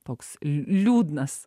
toks liūdnas